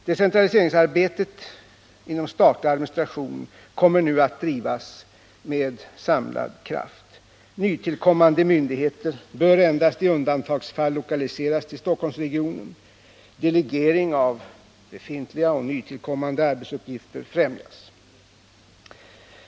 Decentraliseringsarbetet inom statlig administration kommer nu att drivas med samlade krafter. Nytillkommande myndigheter bör endast i undantagsfall lokaliseras till Stockholmsregionen. Delegering av befintliga och nytillkommande arbetsuppgifter främjas.